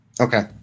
Okay